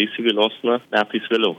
įsigalios na metais vėliau